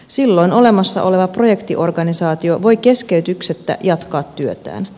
silloin olemassa oleva projektiorganisaatio voi keskeytyksettä jatkaa työtään